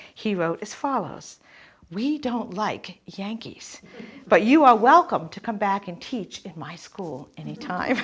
he wrote as follows we don't like yankees but you are welcome to come back and teach at my school any time